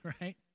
right